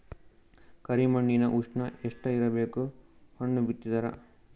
ಕರಿ ಮಣ್ಣಿನ ಉಷ್ಣ ಎಷ್ಟ ಇರಬೇಕು ಹಣ್ಣು ಬಿತ್ತಿದರ?